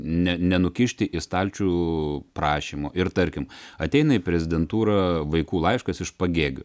ne nenukišti į stalčių prašymo ir tarkim ateina į prezidentūrą vaikų laiškas iš pagėgių